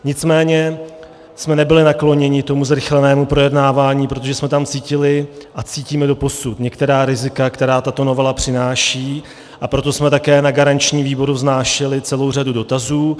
Nicméně jsme nebyli nakloněni zrychlenému projednávání, protože jsme tam cítili a cítíme doposud některá rizika, která tato novela přináší, a proto jsme také na garančním výboru vznášeli celou řadu dotazů.